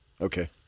Okay